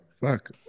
Fuck